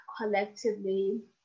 collectively